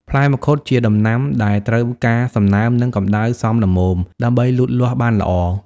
ផ្លែមង្ឃុតជាដំណាំដែលត្រូវការសំណើមនិងកម្ដៅសមល្មមដើម្បីលូតលាស់បានល្អ។